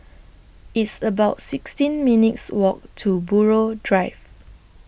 It's about sixteen minutes' Walk to Buroh Drive